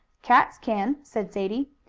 cats can, said sadie.